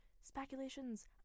speculations